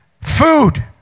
food